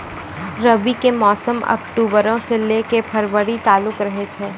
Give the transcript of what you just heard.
रबी के मौसम अक्टूबरो से लै के फरवरी तालुक रहै छै